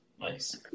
nice